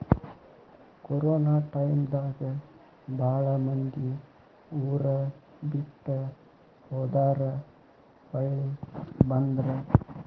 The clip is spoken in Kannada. ಕೊರೊನಾ ಟಾಯಮ್ ದಾಗ ಬಾಳ ಮಂದಿ ಊರ ಬಿಟ್ಟ ಹೊದಾರ ಹೊಳ್ಳಿ ಬಂದ್ರ